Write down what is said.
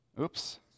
Oops